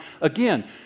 again